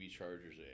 chargers